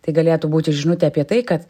tai galėtų būti žinutė apie tai kad